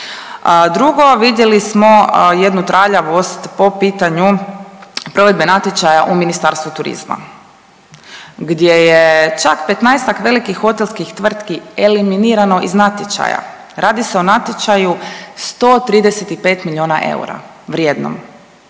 Drugo, vidjeli smo jednu traljavost po pitanju provedbe natječaja u Ministarstvu turizma, gdje je čak 15-ak velikih hotelskih tvrtki eliminirano iz natječaja. Radi se o natječaju 135 eura vrijednom,